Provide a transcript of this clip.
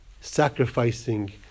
sacrificing